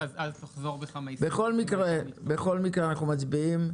בכל מקרה אנחנו מצביעים.